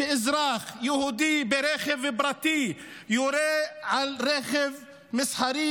שאזרח יהודי ברכב פרטי יורה על רכב מסחרי